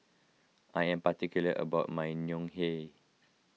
I am particular about my Ngoh Hiang